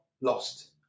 lost